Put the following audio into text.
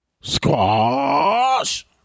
squash